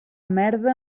merda